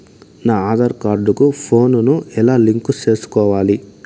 నా ఆధార్ కార్డు కు ఫోను ను ఎలా లింకు సేసుకోవాలి?